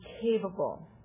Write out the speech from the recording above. capable